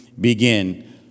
begin